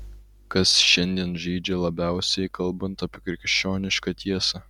kas šiandien žeidžia labiausiai kalbant apie krikščionišką tiesą